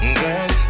girl